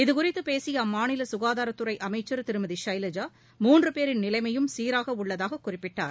இதுகுறித்துபேசியஅம்மாநிலககாதாரத் துறைஅமைச்சர் திருமதிசைலஜா மூன்றுபேரின் நிலைமையும் சீராகஉள்ளதாககுறிப்பிட்டார்